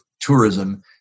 tourism